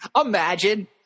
imagine